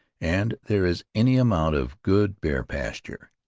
and there is any amount of good bear-pasture.